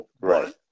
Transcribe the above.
Right